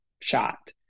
shot